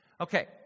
okay